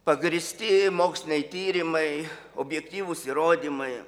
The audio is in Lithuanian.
pagrįsti moksliniai tyrimai objektyvūs įrodymai